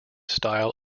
style